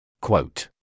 Quote